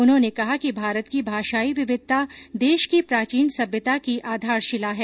उन्होने कहा कि भारत की भाषाई विविधता देश की प्राचीन सभ्यता की आधारशिला है